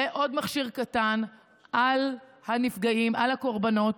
ועוד מכשיר קטן על הנפגעים, על הקורבנות,